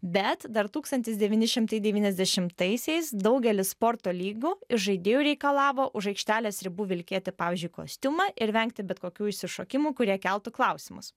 bet dar tūkstantis devyni šimtai devyniasdešimtaisiais daugelis sporto lygų iš žaidėjų reikalavo už aikštelės ribų vilkėti pavyzdžiui kostiumą ir vengti bet kokių išsišokimų kurie keltų klausimus